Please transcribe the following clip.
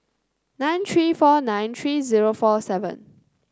nine three four nine three zero four seven